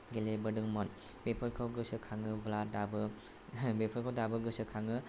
गेलेबोदोंमोन बेफोरखौ गोसो खाङोब्ला दाबो बेफोरखौ दाबो गोसोखाङो